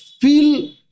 feel